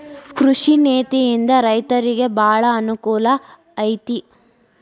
ಕೃಷಿ ನೇತಿಯಿಂದ ರೈತರಿಗೆ ಬಾಳ ಅನಕೂಲ ಐತಿ